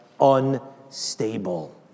unstable